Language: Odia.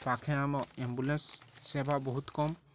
ପାଖେ ଆମ ଆମ୍ବୁଲାନ୍ସ ସେବା ବହୁତ କମ୍